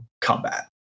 combat